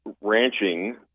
ranching